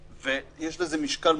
זה כבר במצטבר.